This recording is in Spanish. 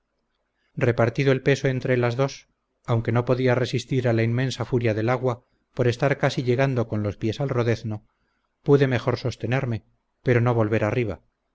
repartido el peso entra las dos aunque no podía resistir a la inmensa furia del agua por estar casi llegando con los pies al rodezno pude mejor sostenerme pero no volver arriba